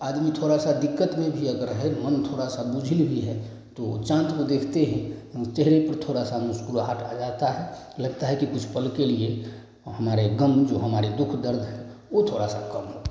आदमी थोड़ा सा दिक्कत में भी अगर है मन थोड़ा सा बुझी हुई है तो चाँद को देखते ही चेहरे पर थोड़ा सा मुस्कुराहट आ जाता है लगता है कि कुछ पल के लिए हमारे ग़म जो हमारे दुख दर्द वे थोड़ा सा कम हो गये हैं